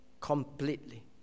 completely